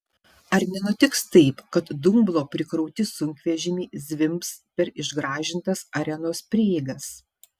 ar nenutiks taip kad dumblo prikrauti sunkvežimiai zvimbs per išgražintas arenos prieigas